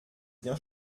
bien